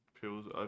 pills